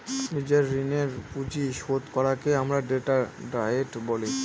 নিজের ঋণের পুঁজি শোধ করাকে আমরা ডেট ডায়েট বলি